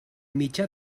mitjà